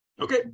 okay